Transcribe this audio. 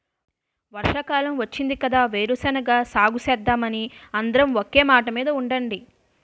వర్షాకాలం వచ్చింది కదా వేరుశెనగ సాగుసేద్దామని అందరం ఒకే మాటమీద ఉండండి